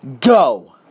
go